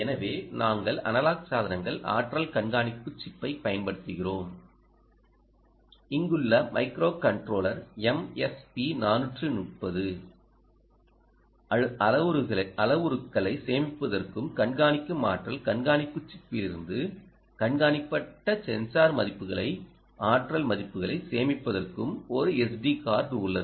எனவே நாங்கள் அனலாக் சாதனங்கள் ஆற்றல் கண்காணிப்பு சிப்பைப் யன்படுத்துகிறோம் இங்குள்ள மைக்ரோகண்ட்ரோலர் எம்எஸ்பி 430அளவுருக்களை சேமிப்பதற்கும் கண்காணிக்கும் ஆற்றல் கண்காணிப்பு சிப்பிலிருந்து கண்காணிக்கப்பட்ட சென்சார் மதிப்புகளை ஆற்றல் மதிப்புகளை சேமிப்பதற்கும் ஒரு SD கார்டு உள்ளது